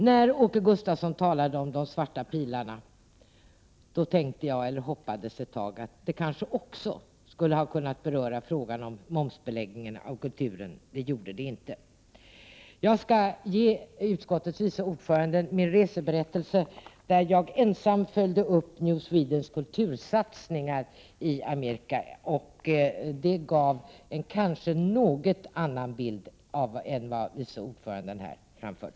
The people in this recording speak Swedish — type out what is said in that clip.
När Åke Gustavsson talade om de svarta pilarna hoppades jag ett tag att även momsbeläggningen av kulturen skulle kunna beröras. Men så blev det inte. Jag skall ge utskottets vice ordförande min reseberättelse, där jag ensam följde upp New Sweden-kampanjens kultursatsningar i Amerika. I reseberättelsen ges det kanske en något annan bild än den som vice ordföranden gav här nyss.